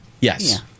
Yes